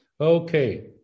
Okay